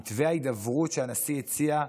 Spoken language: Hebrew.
מתווה ההידברות שהנשיא הציע,